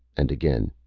and again,